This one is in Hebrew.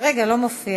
כרגע לא מופיע.